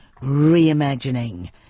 reimagining